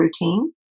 routine